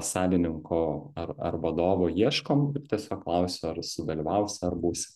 savininko ar ar vadovo ieškom tiesiog klausiu ar sudalyvausi ar būsi